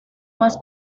más